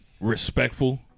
respectful